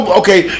okay